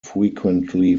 frequently